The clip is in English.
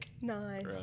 Nice